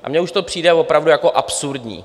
A mně už to přijde opravdu absurdní.